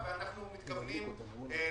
אבל זה לא נושא שאנחנו יכולים לקיים עליו דיון עכשיו.